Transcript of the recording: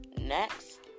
next